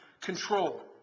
control